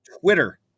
Twitter